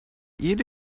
jede